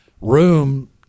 room